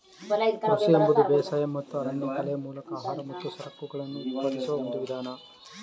ಕೃಷಿ ಎಂಬುದು ಬೇಸಾಯ ಮತ್ತು ಅರಣ್ಯಕಲೆಯ ಮೂಲಕ ಆಹಾರ ಮತ್ತು ಸರಕುಗಳನ್ನು ಉತ್ಪಾದಿಸುವ ಒಂದು ವಿಧಾನ